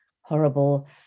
horrible